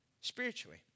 spiritually